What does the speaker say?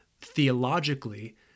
theologically